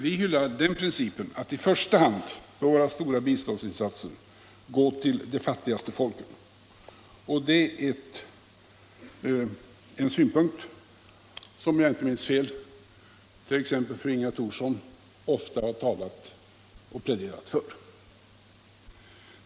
Vi hyllar den principen att biståndsinsatserna i första hand bör gå till de fattigaste folken. Det är en synpunkt som t.ex., om jag inte minns fel, fru Inga Thorsson har talat och pläderat för.